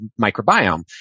microbiome